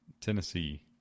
Tennessee